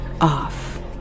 off